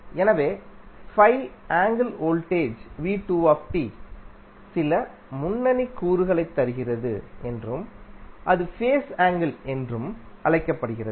எனவே angle voltage சில முன்னணி கூறுகளை தருகிறதுஎன்றும் அது ஃபேஸ் ஆங்கிள் என்றும் அழைக்கப்படுகிறது